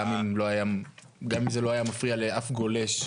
גם אם לא זה לא היה מפריע לאף גולש,